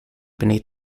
beneath